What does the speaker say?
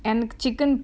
and chicken